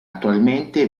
attualmente